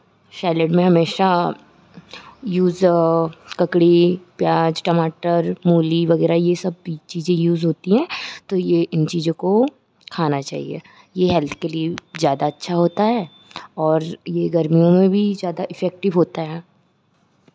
salad में हमेशा use ककड़ी प्याज़ टमाटर मूली वगैरह ये सब भी चीज़ यूज़ होती है तो ये इन चीज़ों को खाना चहिए ये हेल्थ के लिए ज़्यादा अच्छा होता है और ये गर्मियों में भी ज़्यादा इफ़ेक्टिव होता है